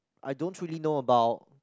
I don't really know about